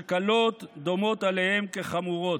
שקלות דומות עליהם כחמורות.